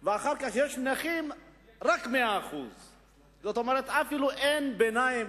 ואחר כך יש נכים רק 100%. כלומר אפילו אין ביניים,